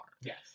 Yes